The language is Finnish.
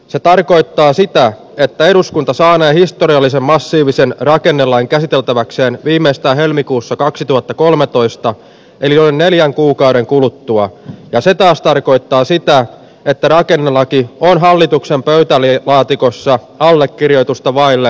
se tarkoittaa sitä että eduskunta saa näin historiallisen massiivisen rakennelain käsiteltäväkseen viimeistään helmikuussa kaksituhattakolmetoista eli noin neljän kuukauden kuluttua ja se taas tarkoittaa sitä että rakennelaki on hallituksen pöytä oli laatikossa allekirjoitusta vaille